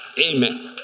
Amen